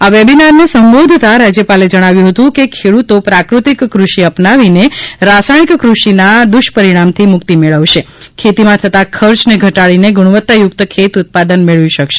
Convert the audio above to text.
આ વેબીનારને સંબોધતા રાજ્યપાલે જણાવ્યુ હતુ કે ખેડૂતો પ્રાકૃતિક કૃષિ અપનાવીને રાસાયણિક કૃષિના દુષ્પરિણામથી મુક્તિ મેળવશે ખેતીમાં થતાં ખર્ચને ઘટાડીને ગુણવત્તાયુક્ત ખેત ઉત્પાદન મેળવી શકશે